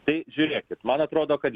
tai žiūrėkit man atrodo kad